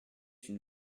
une